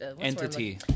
Entity